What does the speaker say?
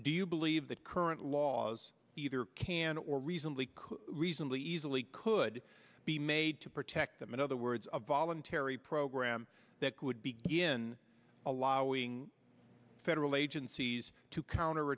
do you believe that current laws either can or reasonably could reasonably easily could be made to protect them in other words a voluntary program that would begin allowing federal agencies to